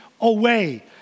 away